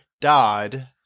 Dodd